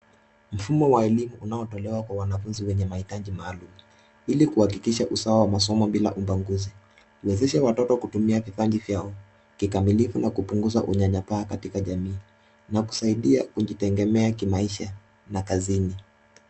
Mfumo wa elimu unaotolewa kwa wanafunzi wenye mahitaji maalumu, ili kuhakikisha usawa wa masomo bila ubaguzi. Huwezesha watoto kutumia vipaji vyao kikamilifu na kupunguza unyanyapa katika jamii na kusaidia kujitegemea kimaisha na kazini.